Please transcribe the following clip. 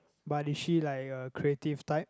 but is she like uh creative type